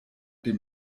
dem